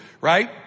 right